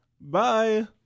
Bye